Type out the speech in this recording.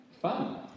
Fun